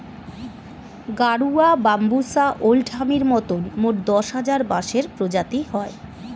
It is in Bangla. গাডুয়া, বাম্বুষা ওল্ড হামির মতন মোট দশ হাজার বাঁশের প্রজাতি হয়